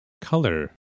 color